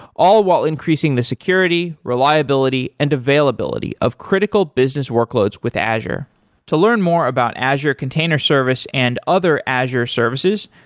all while increasing the security, reliability and availability of critical business workloads with azure to learn more about azure container service and other azure services,